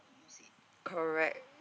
correct